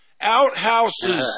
Outhouses